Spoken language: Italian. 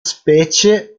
specie